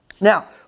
Now